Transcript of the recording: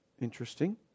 Interesting